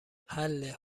حله